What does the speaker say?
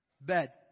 bed